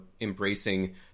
embracing